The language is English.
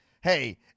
hey